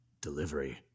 delivery